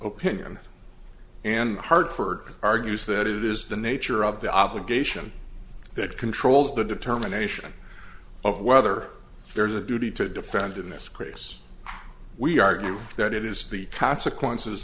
opinion and hartford argues that it is the nature of the obligation that controls the determination of whether there is a duty to defend in this case we argue that it is the consequences